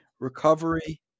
recovery